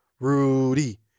Rudy